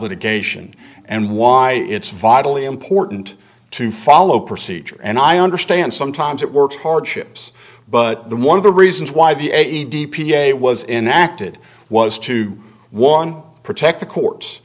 litigation and why it's vitally important to follow procedure and i understand sometimes it works hardships but the one of the reasons why the d p a was in acted was to one protect the courts